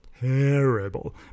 terrible